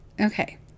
Okay